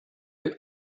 you